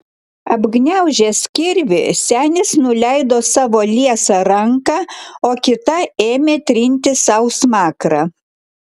apgniaužęs kirvį senis nuleido savo liesą ranką o kita ėmė trinti sau smakrą